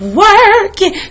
working